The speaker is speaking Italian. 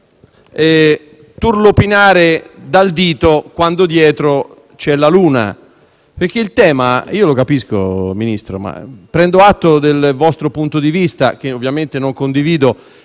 turlupinare dal dito quando dietro c'è la luna. Capisco il tema, Ministro, e prendo atto del vostro punto di vista, che ovviamente non condivido.